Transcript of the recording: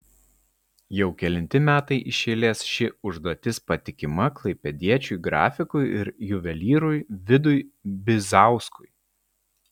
jau kelinti metai iš eilės ši užduotis patikima klaipėdiečiui grafikui ir juvelyrui vidui bizauskui